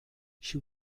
she